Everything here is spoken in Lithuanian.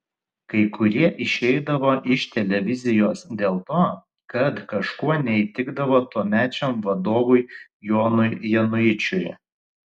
kai kurie išeidavo iš televizijos dėl to kad kažkuo neįtikdavo tuomečiam vadovui jonui januičiui